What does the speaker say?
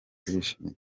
turishimye